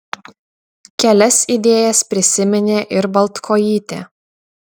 kelias idėjas prisiminė ir baltkojytė